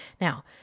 Now